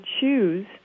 choose